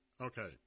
okay